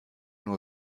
nur